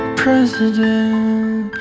president